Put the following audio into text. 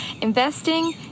Investing